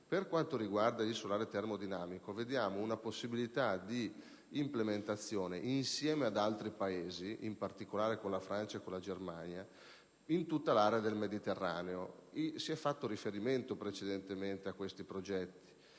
Per quanto riguarda il solare termodinamico, vediamo una possibilità di implementazione, insieme ad altri Paesi (in particolare Francia e Germania), in tutta l'area del Mediterraneo. Si è fatto precedentemente riferimento a questi progetti,